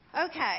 Okay